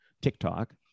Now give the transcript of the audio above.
TikTok